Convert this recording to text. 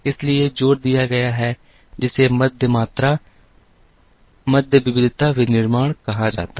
इसलिए जोर दिया गया है जिसे मध्य मात्रा मध्य विविधता विनिर्माण कहा जाता है